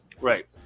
Right